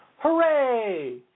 hooray